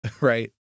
Right